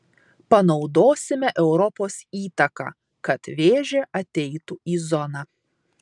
panaudosime europos įtaką kad vėžė ateitų į zoną